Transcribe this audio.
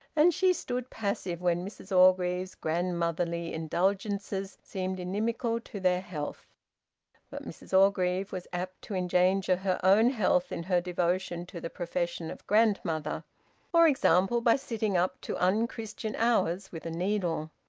and she stood passive when mrs orgreave's grandmotherly indulgences seemed inimical to their health but mrs orgreave was apt to endanger her own health in her devotion to the profession of grandmother for example by sitting up to unchristian hours with a needle.